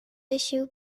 issue